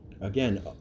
Again